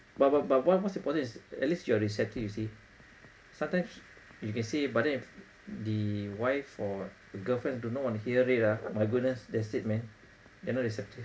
but but but wha~ what's important is at least you're receptive you see sometimes you can say it but then the wife or girlfriend do not want to hear it ah my goodness that's it man they're not receptive